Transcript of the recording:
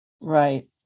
right